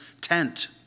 tent